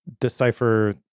decipher